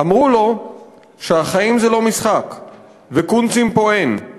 // אמרו לו שהחיים זה לא משחק / וקונצים פה אין /